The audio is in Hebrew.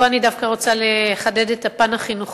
פה אני רוצה לחדד דווקא את הפן החינוכי,